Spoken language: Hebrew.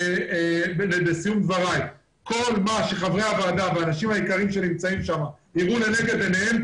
כל מה שחברי הוועדה והאנשים היקרים שנמצאים שם יראו לנגד עיניהם,